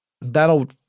That'll